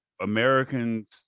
Americans